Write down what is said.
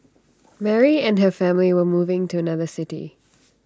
Mary and her family were moving to another city